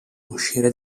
uscire